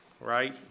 right